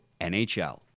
NHL